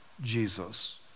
Jesus